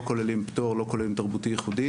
לא כוללים פטור ולא כוללים תרבותי ייחודי